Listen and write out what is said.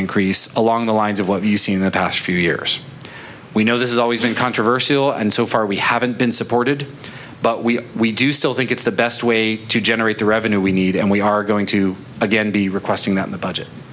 increase along the lines of what you see in the past few years we know this is always been controversial and so far we haven't been supported but we we do still think it's the best way to generate the revenue we need and we are going to again be requesting that the budget